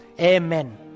Amen